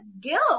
guilt